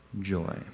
joy